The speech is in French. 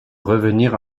revenir